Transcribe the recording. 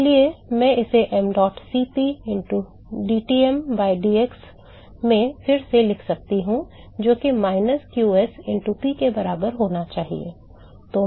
इसलिए मैं इसे mdot Cp into dTm by dx में फिर से लिख सकता हूं जो कि minus qs into P के बराबर होना चाहिए